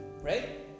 right